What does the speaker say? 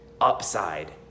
upside